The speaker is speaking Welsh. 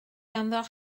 ganddo